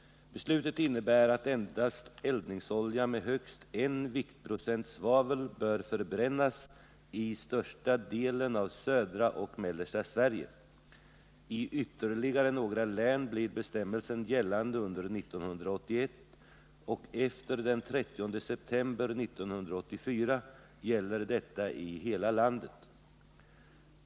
Beslutet innebär att endast eldningsolja med högst en viktprocent svavel bör förbrännas i största delen av södra och mellersta Sverige. I ytterligare några län blir bestämmelsen gällande under 1981, och efter den 30 september 1984 gäller detta i hela landet.